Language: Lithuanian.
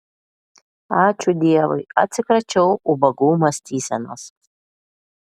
ačiū dievui atsikračiau ubagų mąstysenos